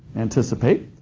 anticipate,